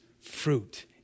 fruit